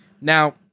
Now